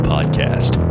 Podcast